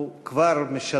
בריאות ומניעה תחילה,